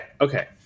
Okay